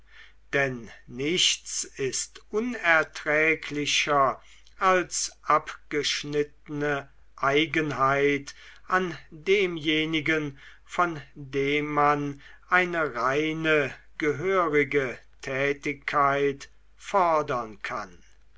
denn nichts ist unerträglicher als abgeschnittene eigenheit an demjenigen von dem man eine reine gehörige tätigkeit fordern kann